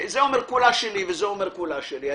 זה אומר כולה שלי וזה אומר כולה שלי.